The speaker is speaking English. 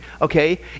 Okay